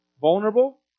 vulnerable